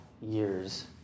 years